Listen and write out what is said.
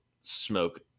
smoke